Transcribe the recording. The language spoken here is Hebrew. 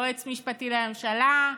יועץ משפטי לממשלה,